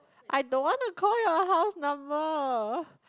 I don't wanna call your house number